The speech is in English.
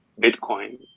Bitcoin